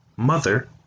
mother